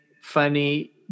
funny